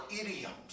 idioms